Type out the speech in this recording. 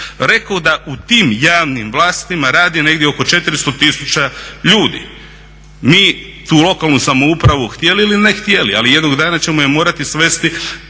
Rekoh da u tim javnim vlastima radi negdje oko 400 tisuća ljudi. Mi tu lokalnu samoupravu htjeli ili ne htjeli ali jednog dana ćemo je morati svesti